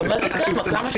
אבל מה זה "כמה"?